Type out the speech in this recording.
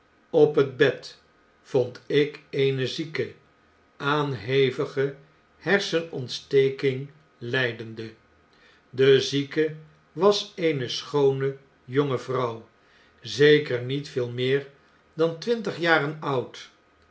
op het bed vond ik eene zieke aan hevige hersenontsteking ljjdende de zieke was eene schoone jonge vrouw zeker niet veel meer dan twintig jaren oud